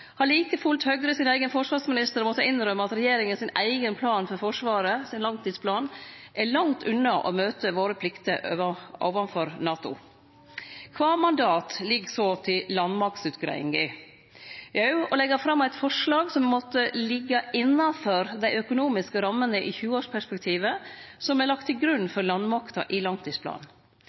har like fullt Høgre sin eigen forsvarsminister måtta innrømme at regjeringa sin eigen plan for Forsvaret, regjeringa sin langtidsplan, er langt unna å møte våre plikter overfor NATO. Kva mandat ligg så til landmaktutgreiinga? Jau, å leggje fram eit forslag som måtte liggje innanfor dei økonomiske rammene i 20-årsperspektivet som er lagt til grunn for landmakta i langtidsplanen.